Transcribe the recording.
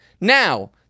Now